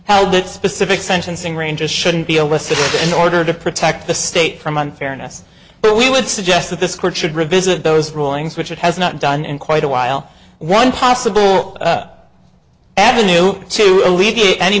how that specific sentencing ranges shouldn't be a lesson in order to protect the state from unfairness but we would suggest that this court should revisit those rulings which it has not done in quite a while one possible avenue to alleviate any